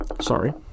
Sorry